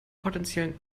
potenziellen